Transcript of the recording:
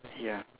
ya